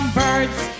birds